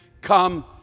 come